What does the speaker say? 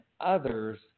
others